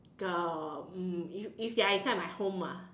um if if you are inside my home ah